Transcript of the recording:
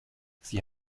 sie